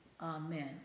Amen